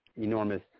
enormous